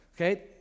Okay